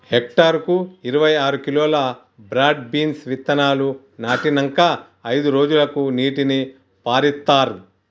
hectare కు ఇరవై ఆరు కిలోలు బ్రాడ్ బీన్స్ విత్తనాలు నాటినంకా అయిదు రోజులకు నీటిని పారిత్తార్